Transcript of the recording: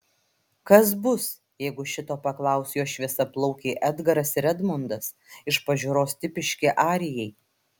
kas bus jeigu šito paklaus jo šviesiaplaukiai edgaras ir edmondas iš pažiūros tipiški arijai